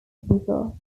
people